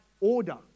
order